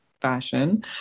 fashion